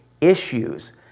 issues